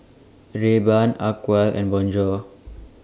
Rayban Acwell and Bonjour